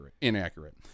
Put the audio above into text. inaccurate